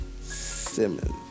simmons